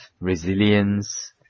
resilience